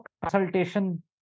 consultation